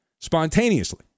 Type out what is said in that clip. spontaneously